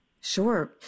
Sure